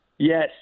Yes